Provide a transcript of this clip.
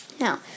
Now